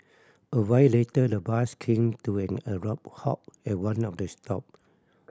a while later the bus came to an abrupt halt at one of the stop